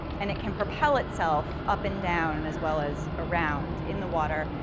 and it can propel itself up and down, as well as around in the water,